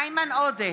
איימן עודה,